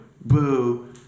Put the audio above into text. boo